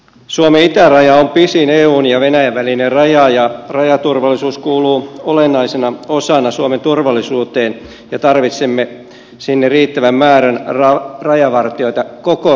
suomen itäraja on pisin eun ja venäjän välinen raja ja rajaturvallisuus kuuluu olennaisena osana suomen turvallisuuteen ja tarvitsemme riittävän määrän rajavartijoita koko rajan matkalle